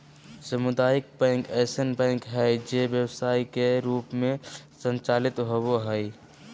सामुदायिक बैंक ऐसन बैंक हइ जे व्यवसाय के रूप में संचालित होबो हइ